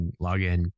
login